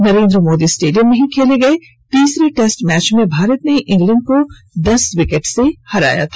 Narendra Modi stadium में ही खेले गये तीसरे टेस्ट मैच में भारत ने इंग्लैंड को दस विकेट से हराया था